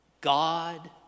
God